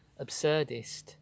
absurdist